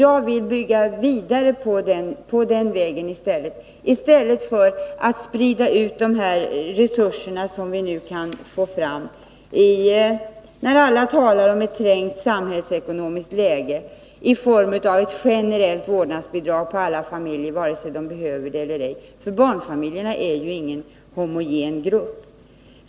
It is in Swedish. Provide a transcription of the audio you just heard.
Jag vill gå vidare på den vägen i stället för att sprida ut de resurser vi kan få fram nu, när alla talar om ett trängt samhällsekonomiskt läge, till alla barnfamiljer, vare sig de behöver det eller inte, i form av ett generellt vårdnadsbidrag. Barnfamiljerna är ju ingen homogen grupp.